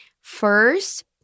first